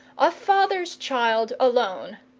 a father's child alone.